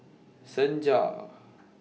Senja